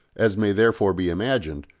as may therefore be imagined,